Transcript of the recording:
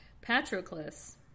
Patroclus